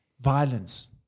violence